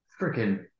freaking